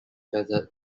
feathered